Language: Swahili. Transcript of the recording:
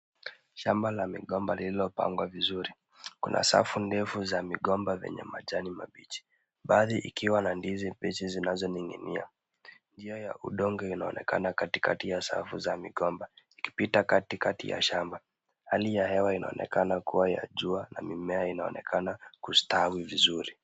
Shamba la migomba lililopangwa vizuri. Kuna safu ndefu za migomba zenye majani mabichi baadhi ikiwa na ndizi mbichi zinazoning'inia. Njia ya udongo inaonekana katikati ya safu za migomba ikipita katikati ya shamba. Hali ya hewa inaonekana kua ya jua na mimea inaonekana kustawi vizuri.